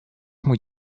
mój